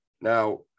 now